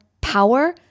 power